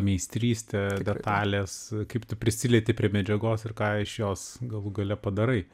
meistrystė detalės kaip tu prisilieti prie medžiagos ir ką iš jos galų gale padarai